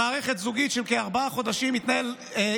במערכת זוגית של כארבעה חודשים שבמהלכם